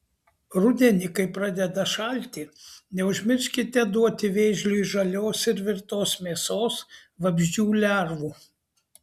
rudenį kai pradeda šalti neužmirškite duoti vėžliui žalios ir virtos mėsos vabzdžių lervų